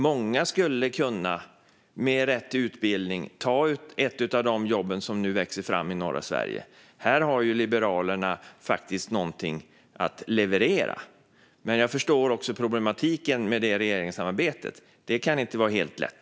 Många skulle med rätt utbildning kunna ta ett av de jobb som nu växer fram i norra Sverige. Här har Liberalerna faktiskt någonting att leverera. Men jag förstår också problematiken med regeringssamarbetet. Det kan inte vara helt lätt.